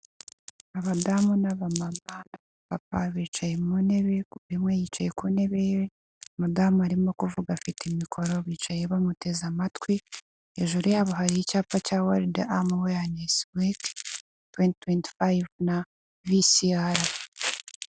Abadamu n'abamama bicaye mu ntebe, umwe yicaye ku ntebe yiwe, umadamu arimo kuvuga afite mikoro bicaye bamuteze amatwi, hejuru yabo hari icyapa cya walidi amuweyanesi wiki tuweti tuweti fayive na visiyara.